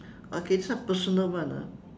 okay this one personal one ah